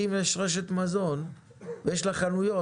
שאם יש רשת מזון ויש לה חנויות,